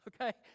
Okay